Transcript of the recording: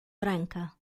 branca